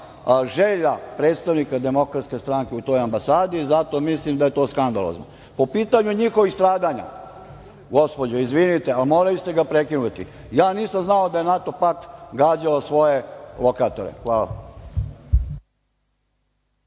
želja predstavnika DS u toj ambasadi. Zato mislim da je to skandalozno. Po pitanju njihovih stradanja, gospođo, izvinute, ali morali ste ga prekinuti. Ja nisam znao da je NATO pakt gađao svoje lokatore. Hvala.